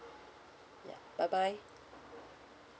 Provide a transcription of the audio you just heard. ya bye bye